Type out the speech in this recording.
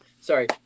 sorry